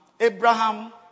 Abraham